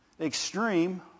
extreme